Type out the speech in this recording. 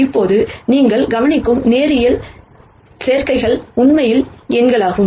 இப்போது நீங்கள் கவனிக்கும் லீனியர் காம்பினேஷன் உண்மையில் எண்களாகும்